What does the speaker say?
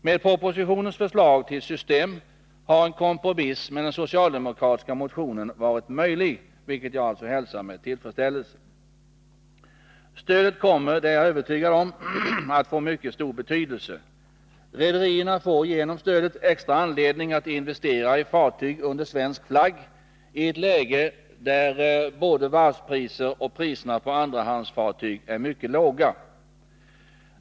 Med propositionens förslag till system har en kompromiss med den socialdemokratiska motionen varit möjlig, vilket jag hälsar med tillfredsställelse. Stödet kommer — det är jag övertygad om — att få mycket stor betydelse. Rederierna får genom stödet en extra anledning att investera i fartyg under svensk flagg i ett läge där både varvspriser och priserna på andrahandsfartyg är mycket låga.